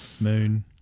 Moon